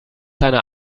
einer